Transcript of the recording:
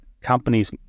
companies